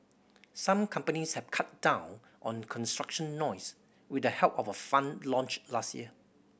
some companies have cut down on construction noise with the help of a fund launched last year